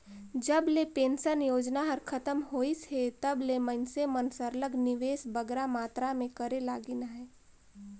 जब ले पेंसन योजना हर खतम होइस हे तब ले मइनसे मन सरलग निवेस बगरा मातरा में करे लगिन अहे